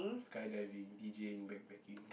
skydiving d_j_ing bag packing